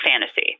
fantasy